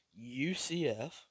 UCF